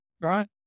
Right